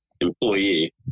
employee